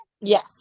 yes